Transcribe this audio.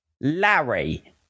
Larry